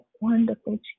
wonderful